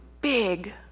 big